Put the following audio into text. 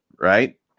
right